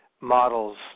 models